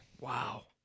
Wow